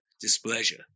displeasure